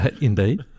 Indeed